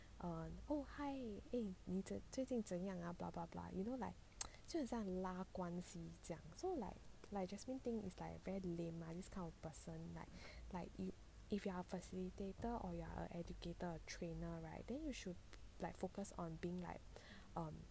err oh hi eh 你最近怎样 ah you know like 就很像很拉关系酱 lah so like jasmine think is like a very lame lah this kind of person like you if you are a facilitator or you are a educator a trainer right then you should like focus on being like um